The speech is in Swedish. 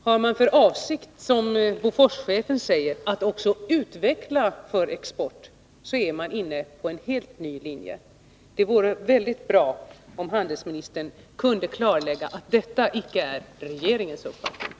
Har man för avsikt att, som Bofors-chefen säger, låta utveckling för export bli mer regel än undantag är man inne på en helt ny linje. Det vore bra om handelsministern kunde klarlägga att detta icke är regeringens uppfattning.